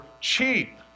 cheap